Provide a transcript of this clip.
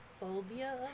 phobia